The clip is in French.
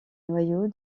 noyau